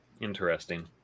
Interesting